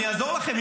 אני אעזור לכם.